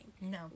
No